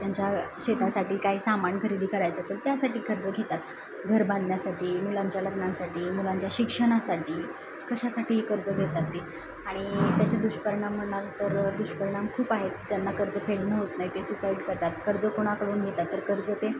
त्यांच्या शेतासाठी काही सामान खरेदी करायचं असेल त्यासाठी कर्ज घेतात घर बांधण्यासाठी मुलांच्या लग्नांसाठी मुलांच्या शिक्षणासाठी कशासाठीही कर्ज घेतात ते आणि त्याचे दुष्परिणाम म्हणाल तर दुष्परिणाम खूप आहेत ज्यांना कर्ज फेडणं होत नाही ते सुसाईड करतात कर्ज कोणाकडून घेतात तर कर्ज ते